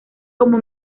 como